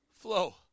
Flow